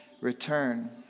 return